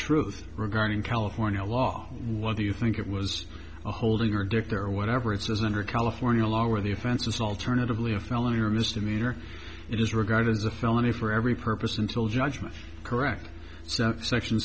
truth regarding california law what do you think it was a holding or dick or whatever it says under california law where the offense is alternatively a felony or misdemeanor it is regarded as a felony for every purpose until judgment correct so section